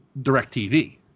Directv